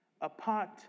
apart